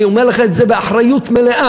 אני אומר לך את זה באחריות מלאה.